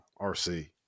RC